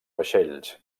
vaixells